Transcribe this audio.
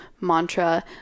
mantra